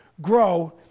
grow